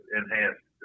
enhanced